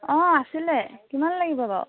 অঁ আছিলে কিমান লাগিব বাৰু